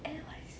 N_Y_C